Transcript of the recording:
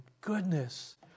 goodness